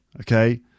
okay